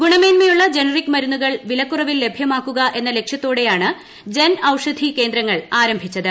ഗുണമേന്മിയുള്ള generic മരുന്നുകൾ വിലക്കുറവിൽ ലഭ്യമാക്കുക എന്ന ലക്ഷ്യത്തോടെയാണ് ജൻ ഔഷധി കേന്ദ്രങ്ങൾ ആരംഭിച്ചത്